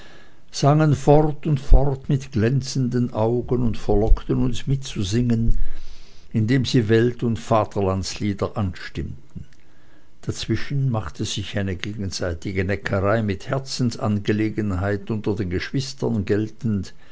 sangen fort und fort mit glänzenden augen und verlockten uns mitzusingen indem sie welt und vaterlandslieder anstimmten dazwischen machte sich eine gegenseitige neckerei mit herzensangelegenheiten unter den geschwistern geltend